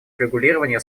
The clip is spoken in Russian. урегулирования